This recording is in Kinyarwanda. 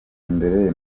imbere